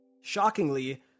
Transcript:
Shockingly